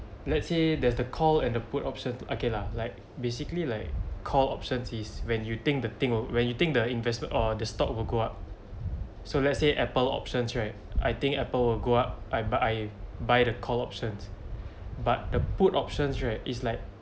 let's say there's the call and the put option to okay lah like basically like call options is when you think the thing when you think the investment or the stock will go up so let's say apple options right I think Apple will go up but I buy the call options but the put options right is like